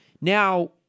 Now